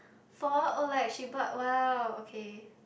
for oh like she bought !wow! okay